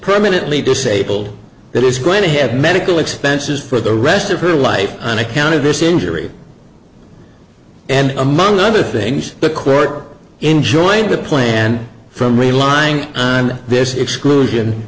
permanently disabled that is going to have medical expenses for the rest of her life on account of this injury and among other things the court enjoying the plan from relying on this exclusion